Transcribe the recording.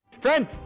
Friend